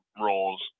roles